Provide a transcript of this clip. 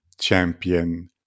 champion